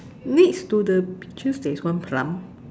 next to the peaches there's one plum